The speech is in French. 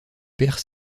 père